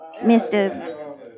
Mr